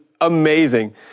amazing